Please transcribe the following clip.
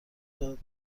داد